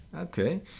Okay